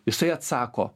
jisai atsako